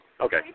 Okay